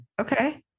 Okay